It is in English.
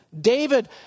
David